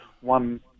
one